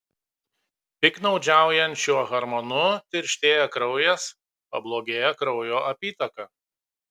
piktnaudžiaujant šiuo hormonu tirštėja kraujas pablogėja kraujo apytaka